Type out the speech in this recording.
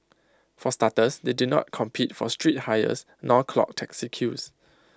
for starters they do not compete for street hires nor clog taxi queues